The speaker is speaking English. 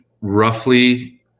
roughly